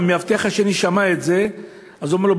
המאבטח השני שמע את זה אז הוא אומר לו: